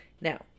Now